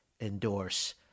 endorse